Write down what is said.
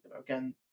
again